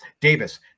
Davis